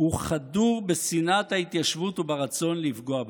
הוא חדור בשנאת ההתיישבות וברצון לפגוע בה.